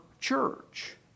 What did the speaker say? church